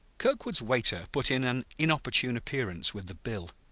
kirkwood's waiter put in an inopportune appearance with the bill.